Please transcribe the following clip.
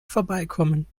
vorbeikommen